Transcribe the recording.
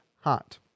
hot